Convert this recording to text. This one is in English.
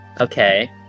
Okay